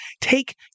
take